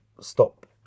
stop